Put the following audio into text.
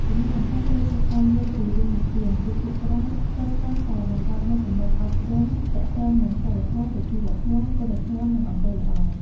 ចំណុចសំខាន់ ត្រូវចេះស្វែងយល់ពីរឿងនិទាន ព្រោះភាគច្រើនសុទ្ធសឹងតែបង្កប់នូវគំនិតអប់រំទាក់ទងនឹង សីលធម៌ សុជីវធម៌ គុណធម៌ និងអំពើល្អ។